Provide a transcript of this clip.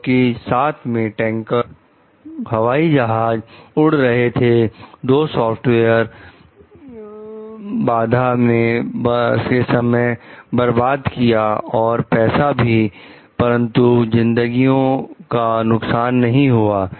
क्योंकि साथ में टैंकर हवाई जहाज उड़ रहे थे दो सॉफ्टवेयर बाघ ने समय बर्बाद किया और पैसा भी परंतु जिंदगी यों का नुकसान नहीं हुआ